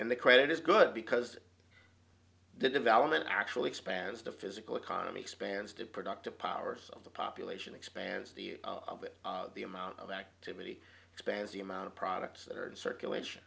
and the credit is good because the development actually expands the physical economy expands to productive powers of the population expands the use of it the amount of activity expands the amount of products that are in circulation